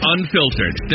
Unfiltered